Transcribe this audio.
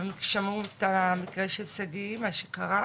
והם שמעו את המקרה של שגיא, מה שקרה,